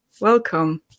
Welcome